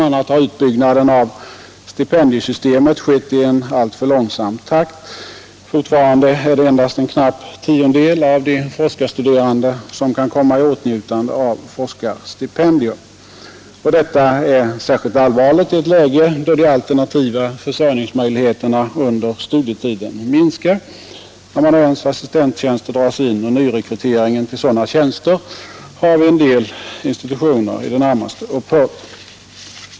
a. har utbyggnaden av stipendiesystemet skett i en alltför långsam takt. Fortfarande är det endast en knapp tiondel av de forskarstuderande som kan komma i åtnjutande av forskarstipendium. Detta är särskilt allvarligt i ett läge då de alternativa försörjningsmöjligheterna under studietiden minskar. Amanuensoch assistenttjänster dras in, och nyrekryteringen till sådana tjänster har vid en del institutioner i det närmaste upphört.